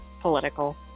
political